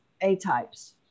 A-types